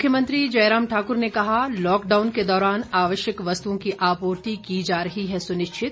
मुख्यमंत्री जयराम ठाकुर ने कहा लॉकडाउन के दौरान आवश्यक वस्तुओं की आपूर्ति की जा रही है सुनिश्चित